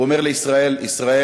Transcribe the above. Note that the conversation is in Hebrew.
הוא אומר לישראל: ישראל,